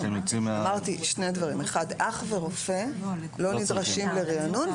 אמרתי שני דברים: אח ורופא לא נדרשים לריענון,